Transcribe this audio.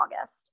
August